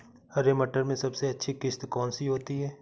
हरे मटर में सबसे अच्छी किश्त कौन सी होती है?